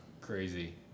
crazy